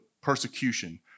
persecution